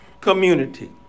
Community